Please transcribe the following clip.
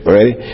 Ready